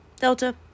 Delta